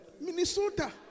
Minnesota